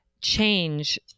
change